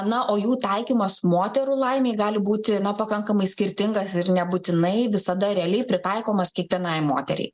na o jų taikymas moterų laimei gali būti na pakankamai skirtingas ir nebūtinai visada realiai pritaikomas kiekvienai moteriai